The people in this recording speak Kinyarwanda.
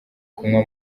kunywa